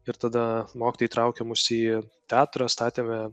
ir tada mokytoja įtraukė mus į teatrą statėme